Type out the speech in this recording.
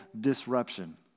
disruption